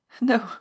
No